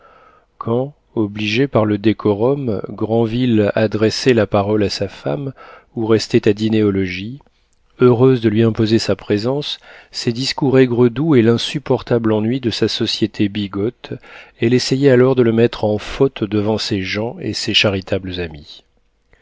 quand obligé par le décorum granville adressait la parole à sa femme ou restait à dîner au logis heureuse de lui imposer sa présence ses discours aigres doux et l'insupportable ennui de sa société bigote elle essayait alors de le mettre en faute devant ses gens et ses charitables amies